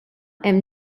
hemm